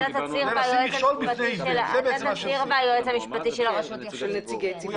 אתה תצהיר והיועץ המשפטי של הרשות יחליט.